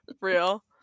real